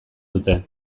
dute